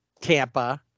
Tampa